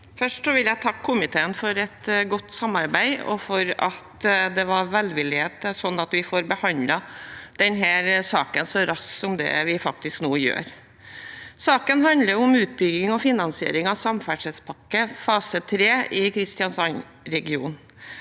Først vil jeg takke komiteen for et godt samarbeid og for at det var velvillighet, slik at vi får behandlet denne saken så raskt som det vi faktisk nå gjør. Saken handler om utbygging og finansiering av Samferdselspakke for Kristiansandsregionen